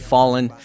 Fallen